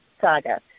saga